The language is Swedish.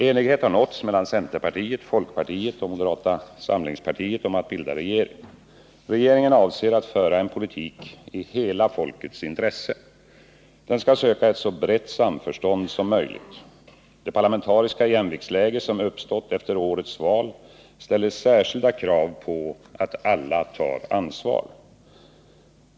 Enighet har nåtts mellan centerpartiet, folkpartiet och moderata samlingspartiet om att bilda regering. Regeringen avser att föra en politik i hela folkets intresse. Den skall söka ett så brett samförstånd som möjligt. Det parlamentariska jämviktsläge som uppstått efter årets val ställer särskilda krav på att alla tar ansvar.